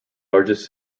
largest